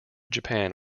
japan